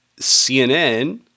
CNN